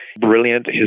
brilliant